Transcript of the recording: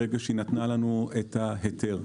כשהיא נתנה לנו את ההיתר.